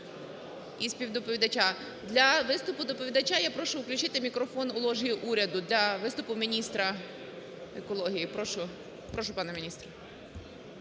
і співдоповідача. Для виступу доповідача я прошу включити мікрофон в ложі уряду, для виступу міністра екології. Прошу, пане міністре.